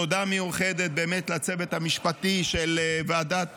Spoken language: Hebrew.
תודה מיוחדת באמת לצוות המשפטי המצוין של ועדת